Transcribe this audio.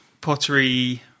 pottery